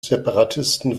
separatisten